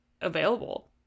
available